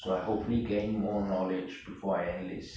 so I hopefully gain more knowledge before I enlist